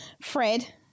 Fred